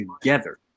together